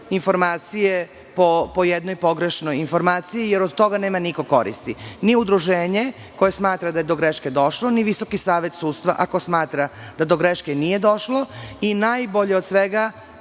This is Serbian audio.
informacije po jednoj pogrešnoj informaciji jer od toga nema niko koristi, ni Udruženje koje smatra da je do greške došlo, ni VSS ako smatra da do greške nije došlo i najbolje od svega,